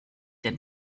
den